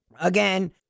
Again